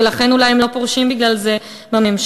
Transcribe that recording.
ולכן אולי הם לא פורשים בגלל זה מהממשלה.